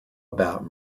about